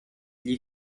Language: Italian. gli